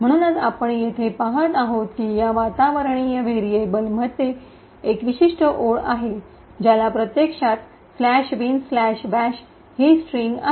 म्हणूनच आपण येथे पाहत आहोत की या वातावरणीय व्हेरीएब्ल मध्ये एक विशिष्ट ओळ आहे ज्याला प्रत्यक्षात " bin bash" ही स्ट्रिंग आहे